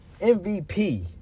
MVP